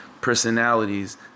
personalities